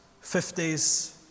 fifties